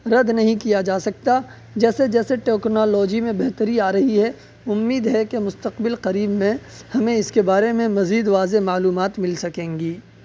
رد نہیں کیا جا سکتا جیسے جیسے ٹوکنالوجی میں بہتری آ رہی ہے امید ہے کہ مستقبل قریب میں ہمیں اس کے بارے میں مزید واضح معلومات مل سکیں گی